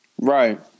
Right